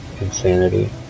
insanity